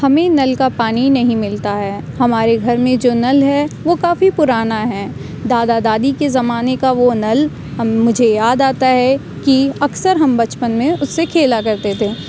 ہمیں نل کا پانی نہیں ملتا ہے ہمارے گھر میں جو نل ہے وہ کافی پرانا ہیں دادا دادی کے زمانے کا وہ نل مجھے یاد آتا ہے كہ اكثر ہم بچپن میں اُس سے كھیلا كرتے تھے